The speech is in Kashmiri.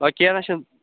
وَلا کیٚنٛہہ نا چھُنہٕ